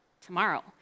tomorrow